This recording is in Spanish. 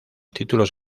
títulos